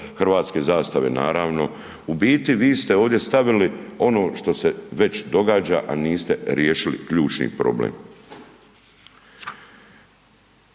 hrvatske zastave naravno. U biti vi ste ovdje stavili ono što se već događa, a niste riješili ključni problem.